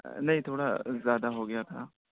نہیں تھوڑا زیادہ ہو گیا تھا